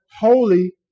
holy